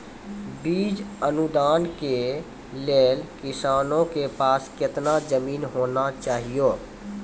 बीज अनुदान के लेल किसानों के पास केतना जमीन होना चहियों?